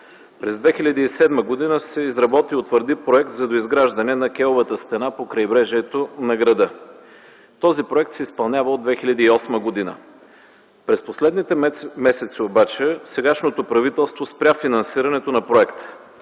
през 2007 г. се изработи и утвърди проект за доизграждане на кейовата стена по крайбрежието на града. Този проект се изпълнява от 2008 г. През последните месеци обаче сегашното правителство спря финансирането на проекта.